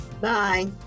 Bye